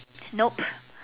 nope